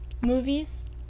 movies